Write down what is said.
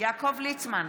יעקב ליצמן,